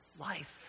life